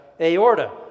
aorta